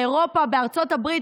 באירופה ובארצות הברית,